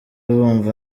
bumva